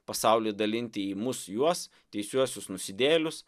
pasaulį dalinti į mūsų juos teisiuosius nusidėjėlius